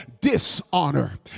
dishonor